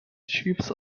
chiefs